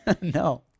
No